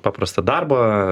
paprastą darbą